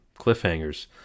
cliffhangers